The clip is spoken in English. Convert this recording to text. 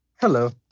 Hello